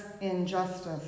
injustice